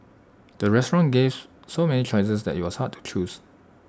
the restaurant gave so many choices that IT was hard to choose